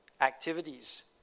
activities